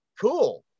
cool